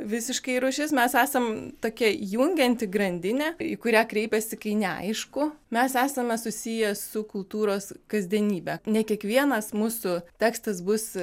visiškai rūšis mes esam tokia jungianti grandinė į kurią kreipiasi kai neaišku mes esame susiję su kultūros kasdienybe ne kiekvienas mūsų tekstas bus